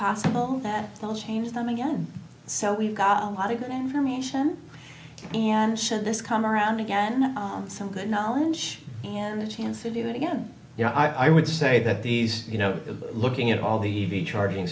possible that they'll change them again so we've got a lot of the information and should this come around again some good knowledge and the chances do it again you know i would say that these you know looking at all the even charging